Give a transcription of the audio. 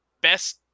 best